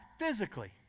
physically